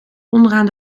onderaan